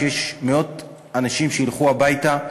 יש מאות אנשים שילכו הביתה,